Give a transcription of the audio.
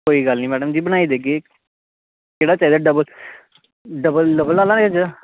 कोई गल्ल निं मैडम जी बनाई देगे केह्ड़ा चाहिदा डबल डबल आह्ला भेजां